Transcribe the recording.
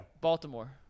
Baltimore